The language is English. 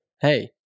Hey